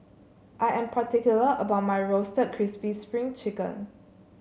I am particular about my Roasted Crispy Spring Chicken